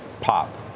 pop